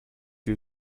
you